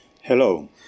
Hello